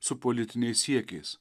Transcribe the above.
su politiniais siekiais